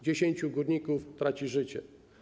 10 górników traci życie.